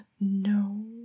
No